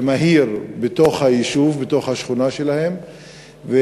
מהיר בתוך השכונה שלהם,